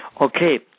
Okay